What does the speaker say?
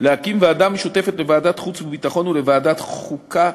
להקים ועדה משותפת לוועדת החוץ והביטחון ולוועדת החוקה,